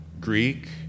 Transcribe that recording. Greek